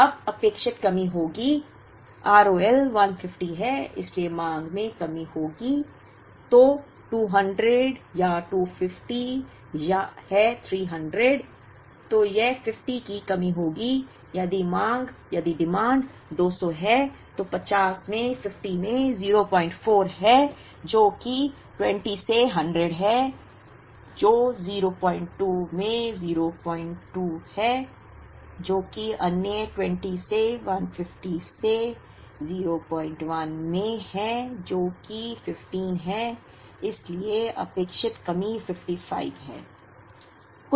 अब अपेक्षित कमी होगी R O L 150 है इसलिए मांग में कमी होगी तो 200 या 250 या है 300 तो यह 50 की कमी होगी यदि मांग 200 है तो 50 में 04 है जो कि 20 से 100 है जो 02 में 02 है जो कि अन्य 20 से 150 से 01 में है जो कि 15 है इसलिए अपेक्षित कमी 55 है